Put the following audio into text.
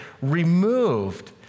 removed